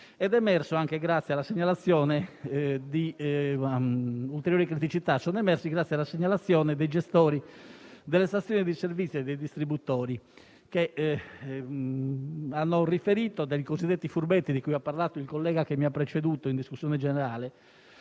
ritenuta eccessivamente onerosa e ulteriori criticità sono emerse grazie alla segnalazione dei gestori delle stazioni di servizio e dei distributori, che hanno riferito dei cosiddetti furbetti di cui ha parlato il collega che mi ha preceduto in discussione generale.